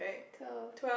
twelve